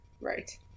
right